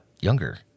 younger